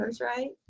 right